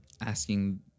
asking